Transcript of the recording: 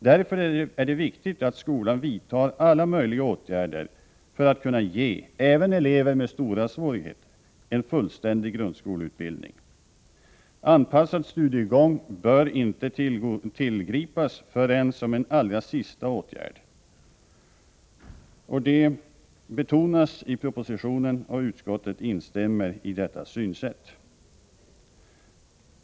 Därför är det viktigt att skolan vidtar alla åtgärder som är möjliga för att ge även elever med stora svårigheter en fullständig grundskoleutbildning. Anpassad studiegång bör inte tillgripas förrän som en allra sista åtgärd. Det markeras i propositionen, och utskottet instämmer i detta synsätt.